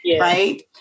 Right